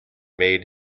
made